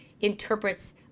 interprets